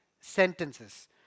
sentences